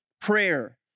Prayer